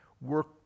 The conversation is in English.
work